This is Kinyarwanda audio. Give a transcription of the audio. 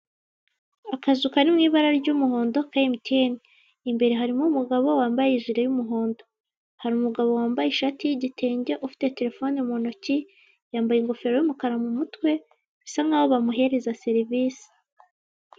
Akazu kari mu ibara ry'umuhondo ka emutiyene, imbere harimo umugabo wambaye ijire y'umuhondo hari umugabo wambaye ishati y'igitenge, ufite telefone mu ntoki, yambaye ingofero y'umukara mu mutwe, bisa nk'aho bamuhereza serivise.